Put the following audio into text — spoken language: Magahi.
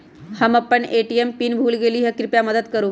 हम अपन ए.टी.एम पीन भूल गेली ह, कृपया मदत करू